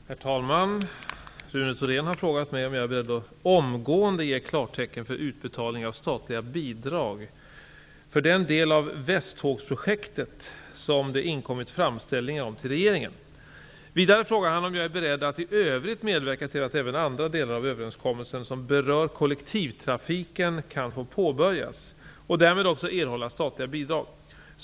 Herr talman! Rune Thorén har frågat mig om jag är beredd att omgående ge klartecken för utbetalning av statliga bidrag för den del av Västtågsprojektet som det inkommit framställningar om till regeringen. Vidare frågar han om jag är beredd att i övrigt medverka till att även andra delar av överenskommelsen som berör kollektivtrafiken kan få påbörjas och därmed också erhålla statliga bidrag.